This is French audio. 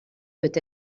peut